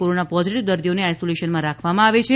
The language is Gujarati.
કોરોના પોઝિટિવ દર્દીઓને આઇસોલેશનમાં રાખવામાં આવે છે